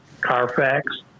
Carfax